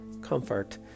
comfort